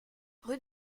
rue